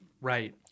Right